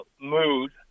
mood